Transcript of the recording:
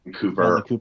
Cooper